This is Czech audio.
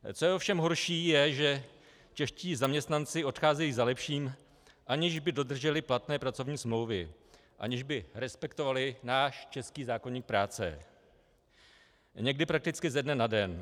Co je ovšem horší, je, že čeští zaměstnanci odcházejí za lepším, aniž by dodrželi platné pracovní smlouvy, aniž by respektovali náš český zákoník práce, někdy prakticky ze dne na den.